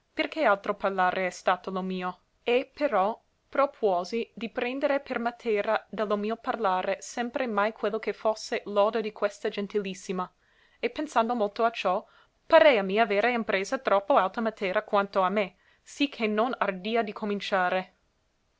perché altro parlare è stato lo mio e però propuosi di prendere per matera de lo mio parlare sempre mai quello che fosse loda di questa gentilissima e pensando molto a ciò pareami avere impresa troppo alta matera quanto a me sì che non ardia di cominciare